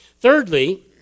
Thirdly